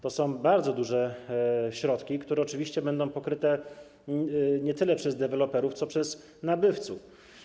To są bardzo duże środki, które oczywiście będą pokryte nie tyle przez deweloperów, co przez nabywców.